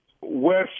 West